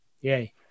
Yay